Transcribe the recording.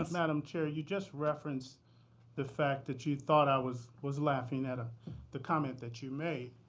madam chair, you just referenced the fact that you thought i was was laughing at ah the comment that you made.